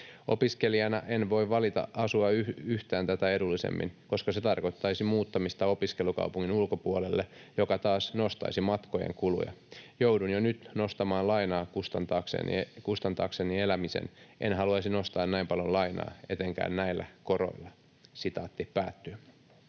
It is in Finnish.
Opiskelijana en voi valita asua yhtään tätä edullisemmin, koska se tarkoittaisi muuttamista opiskelukaupungin ulkopuolelle, mikä taas nostaisi matkojen kuluja. Joudun jo nyt nostamaan lainaa kustantaakseni elämisen, en haluaisi nostaa näin paljoa lainaa, etenkään näillä koroilla.” ”Olen